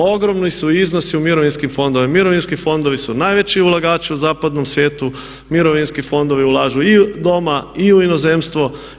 Ogromni su iznosi u mirovinskim fondovima, mirovinski fondovi su najveći ulagači u zapadnom svijetu, mirovinski fondovi ulažu i u doma i u inozemstvo.